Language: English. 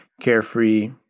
carefree